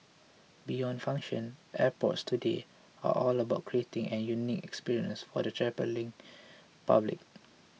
beyond function airports today are all about creating an unique experience for the travelling public